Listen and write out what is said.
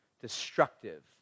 destructive